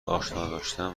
آشناداشتن